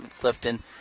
Clifton